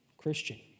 Christian